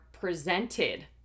presented